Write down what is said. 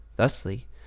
Thusly